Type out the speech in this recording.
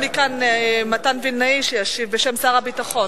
רשום לי כאן מתן וילנאי שישיב בשם שר הביטחון.